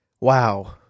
Wow